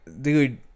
dude